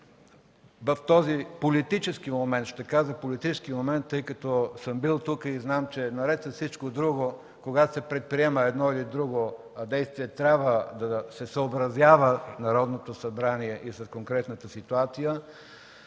в този политически момент – ще кажа политически момент, тъй като съм бил тук и зная, че наред с всичко друго, когато се предприеме едно или друго действие, Народното събрание трябва да се съобразява и с конкретната ситуация